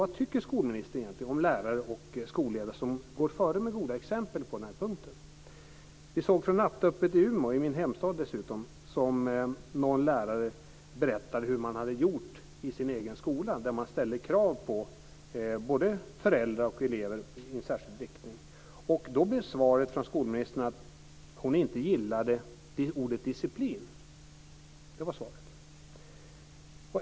Vad tycker skolministern egentligen om lärare och skolledare som går före med gott exempel på den här punkten? I Nattöppet från Umeå, min hemstad, kunde man höra en lärare berätta hur man hade gjort på den egna skolan där man ställde krav på både föräldrar och elever i en särskild riktning. Svaret från skolministern blev att hon inte gillade ordet disciplin.